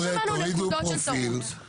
לא שמענו נקודות של טעות.